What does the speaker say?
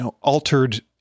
altered